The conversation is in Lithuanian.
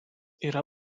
yra